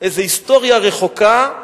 איזה היסטוריה רחוקה,